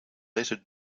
letter